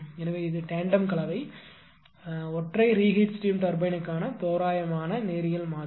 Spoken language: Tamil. எனவே இது டேன்டெம் கலவை ஒற்றை ரீஹீட் ஸ்டீம் டர்பைனுக்கான தோராயமான நேரியல் மாதிரி